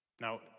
Now